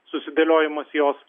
susidėliojimas jos